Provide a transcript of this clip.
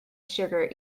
sugar